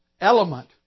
element